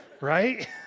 Right